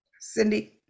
Cindy